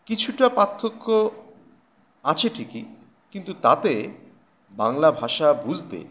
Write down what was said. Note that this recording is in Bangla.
কিছুটা পার্থক্য আছে ঠিকই কিন্তু তাতে বাংলা ভাষা বুঝতে